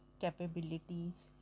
capabilities